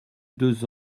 deux